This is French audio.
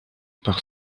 par